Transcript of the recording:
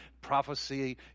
prophecy